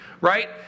right